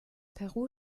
peru